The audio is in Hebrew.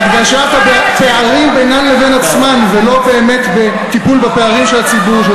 בהדגשת הפערים בינן לבין עצמן ולא באמת בטיפול בפערים של הציבור,